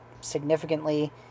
significantly